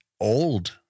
old